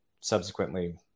subsequently